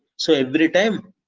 so every time